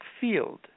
field